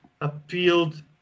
appealed